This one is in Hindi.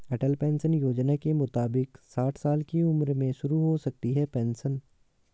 अटल पेंशन योजना के मुताबिक साठ साल की उम्र में शुरू हो सकती है पेंशन